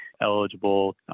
eligible